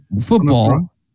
Football